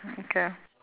mm okay